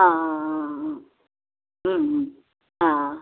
आं आं आं आं आं आं